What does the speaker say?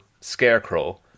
Scarecrow